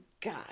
God